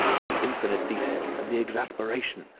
the infinite details! and the exasperation!